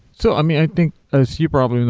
so i mean, i think as you probably know,